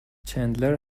چندلر